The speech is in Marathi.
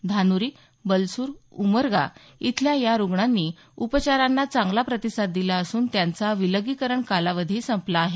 धानुरी बलसुर उमरगा इथल्या या रुग्णांनी उपचारांना चांगला प्रतिसाद दिला असून त्यांचा विलगीकरण कालावधी संपला आहे